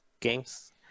games